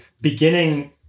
beginning